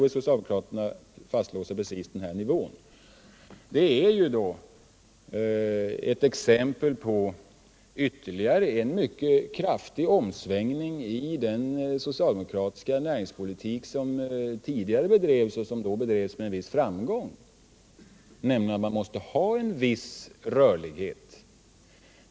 Ändå är socialdemokraterna fastlåsta vid precis den nivån. Det är ytterligare ett exempel på en mycket kraftig omsvängning i den socialdemokratiska näringspolitik som tidigare bedrevs, och som då bedrevs med en viss framgång, nämligen tanken på att man måste ha en viss rörlighet.